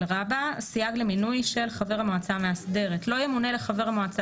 סייג למינוי של חבר המועצה המאסדרת 8ג. "לא ימונה לחבר המועצה